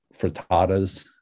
frittatas